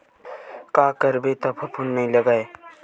का करबो त फफूंद नहीं लगय?